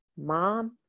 Mom